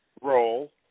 role